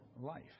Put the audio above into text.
life